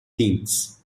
things